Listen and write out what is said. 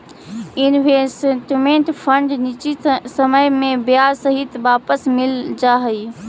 investment fund निश्चित समय में ब्याज सहित वापस मिल जा हई